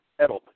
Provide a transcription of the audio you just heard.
Edelman